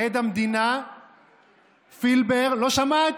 עד המדינה פילבר, לא שמעת,